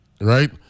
right